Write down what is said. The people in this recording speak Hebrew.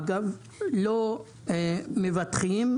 אגב - לא מבטחים,